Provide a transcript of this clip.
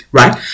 right